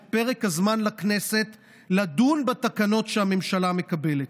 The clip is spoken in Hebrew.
את פרק הזמן לכנסת לדון בתקנות שהממשלה מקבלת.